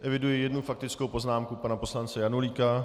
Eviduji jednu faktickou poznámku pana poslance Janulíka.